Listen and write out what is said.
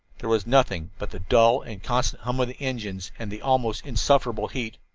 there was nothing but the dull and constant hum of the engines and the almost insufferable heat.